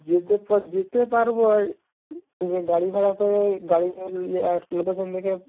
যেতে যেতে পারব গাড়ি ভাড়া করে গাড়ি লোকেশান দেখে